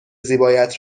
زیبایت